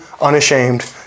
unashamed